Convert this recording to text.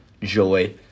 joy